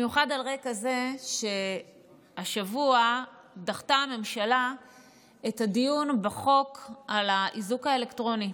במיוחד על רקע זה שהשבוע דחתה הממשלה את הדיון בחוק האיזוק האלקטרוני.